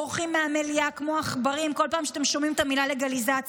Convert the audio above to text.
בורחים מהמליאה כמו עכברים כל פעם שאתם שומעים את המילה "לגליזציה".